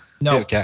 No